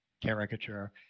caricature